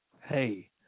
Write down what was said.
hey